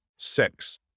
Six